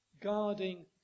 guarding